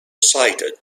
cited